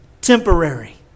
temporary